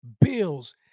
Bills